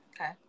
Okay